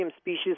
species